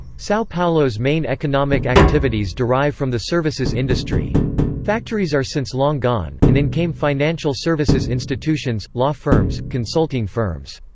sao paulo's main economic activities derive from the services industry factories are since long gone, and in came financial services institutions, law firms, consulting firms.